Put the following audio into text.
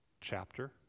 chapter